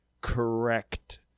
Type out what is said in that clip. correct